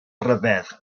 rhyfedd